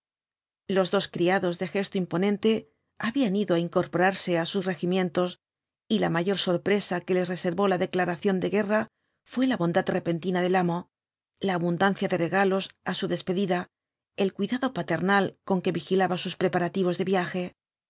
los dos criados de gesto imponente habían ido á incorporarse á sus regimientos y la mayor sorpresa que les reservó la declaración de guerra fué la bondad repentina del amo la abundancia de regalos á su despedida el cuidado paternal con que vigilaba sus preparativos de viaje